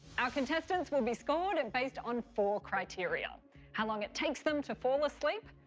our contestants will be scored and based on four criteria how long it takes them to fall asleep,